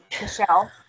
Michelle